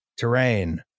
terrain